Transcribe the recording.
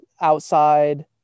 outside